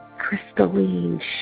crystalline